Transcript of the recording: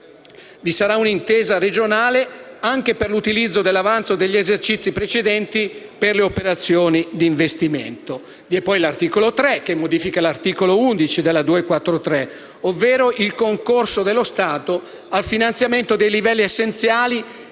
Vi sarà una intesa regionale anche per l'utilizzo dell'avanzo degli esercizi precedenti per le operazioni di investimento. L'articolo 3 modifica l'articolo 11 della legge n. 243 del 2012 (Concorso dello Stato al finanziamento dei livelli essenziali